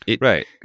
Right